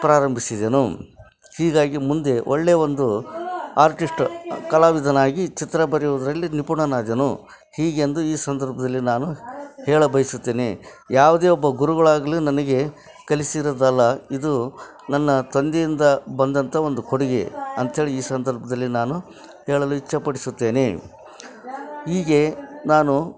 ಪ್ರಾರಂಭಿಸಿದೆನು ಹೀಗಾಗಿ ಮುಂದೆ ಒಳ್ಳೆಯ ಒಂದು ಆರ್ಟಿಸ್ಟ್ ಕಲಾವಿದನಾಗಿ ಚಿತ್ರ ಬರೆಯುವುದ್ರಲ್ಲಿ ನಿಪುಣನಾದೆನು ಹೀಗೆಂದು ಈ ಸಂದರ್ಭದಲ್ಲಿ ನಾನು ಹೇಳ ಬಯಸುತ್ತೆನೆ ಯಾವುದೇ ಒಬ್ಬ ಗುರುಗಳಾಗ್ಲಿ ನನಗೆ ಕಲಿಸಿರೋದಲ್ಲ ಇದು ನನ್ನ ತಂದೆಯಿಂದ ಬಂದಂತಹ ಒಂದು ಕೊಡುಗೆ ಅಂತಹೇಳಿ ಈ ಸಂದರ್ಭದಲ್ಲಿ ನಾನು ಹೇಳಲು ಇಚ್ಛೆಪಡಿಸುತ್ತೇನೆ ಹೀಗೆ ನಾನು